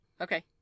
Okay